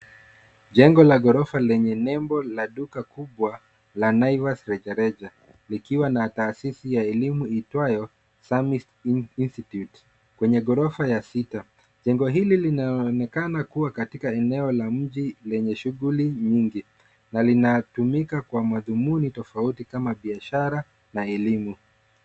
Jengo la ghorofa lenye nembo la duka kubwa la (cs)naivas(cs) rejareja. Likiwa na taasisi ya elimu iitwayo (cs)summit institute(cs), Kwenye ghorofa ya sita. Jengo hili linaonekana kuwa katika eneo la mji lenye shughuli nyingi, na linatumika kwa madhumuni tofauti kama biashara na elimu.